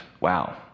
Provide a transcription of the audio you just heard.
wow